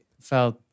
felt